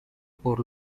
por